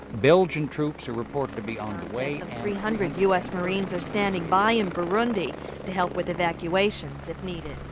belgian troops are reported to be on the way. some three hundred u s. marines are standing by in burundi to help with evacuations if needed